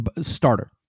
Starter